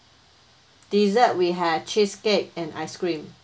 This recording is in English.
dessert we had cheesecake and ice cream